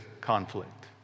conflict